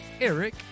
Eric